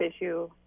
issue